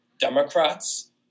Democrats